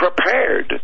prepared